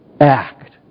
Act